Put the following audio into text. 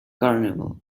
carnival